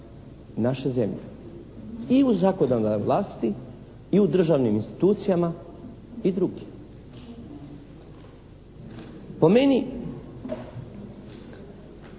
naše zemlje i u zakonodavnoj vlasti i u državnim institucijama i drugdje. Po meni